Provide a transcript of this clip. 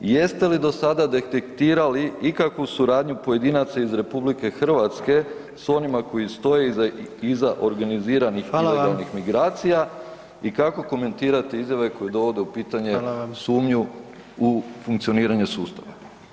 Jeste li do sada detektirali ikakvu suradnju pojedinaca iz RH s onima koji stoje iza organiziranih ... [[Upadica predsjednik: Hvala vam.]] migracija i kako komentirate izjave koje dovode u pitanje sumnju u funkcioniranje sustava?